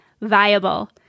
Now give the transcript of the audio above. viable